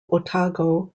otago